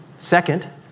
Second